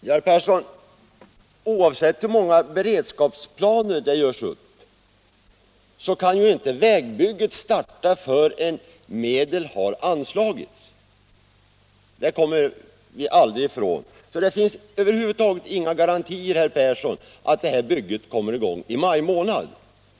Herr talman! Oavsett hur många beredskapsplaner som görs upp kan inte vägbygget starta förrän medel har anslagits, herr Persson. Det kommer vi aldrig ifrån. Det finns alltså inga som helst garantier för att det här bygget kommer i gång i maj månad.